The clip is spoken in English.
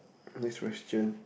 next question